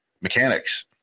mechanics